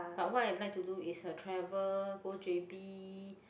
but what I like to do is to travel go j_b